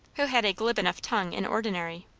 who had a glib enough tongue in ordinary,